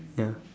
ya